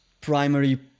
primary